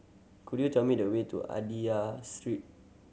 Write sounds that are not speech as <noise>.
could you tell me the way to <unintelligible> Street